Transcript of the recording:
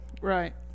Right